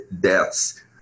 deaths